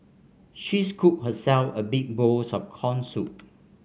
she scooped herself a big bowls of corn soup